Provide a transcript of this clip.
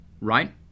Right